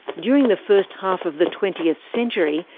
during the first half of the twentieth century,